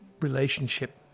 relationship